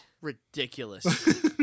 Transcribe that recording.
Ridiculous